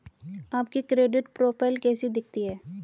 आपकी credit profile कैसी दिखती है?